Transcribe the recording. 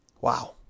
Wow